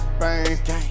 bang